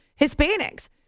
Hispanics